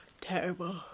Terrible